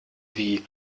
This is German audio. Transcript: wie